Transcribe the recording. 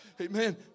Amen